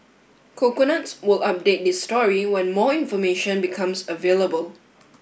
coconuts will update this story when more information becomes available